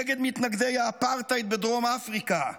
נגד מתנגדי האפרטהייד בדרום אפריקה,